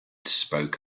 spoke